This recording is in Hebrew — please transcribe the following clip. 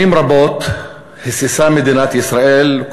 שנים רבות היססה מדינת ישראל,